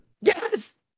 Yes